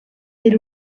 era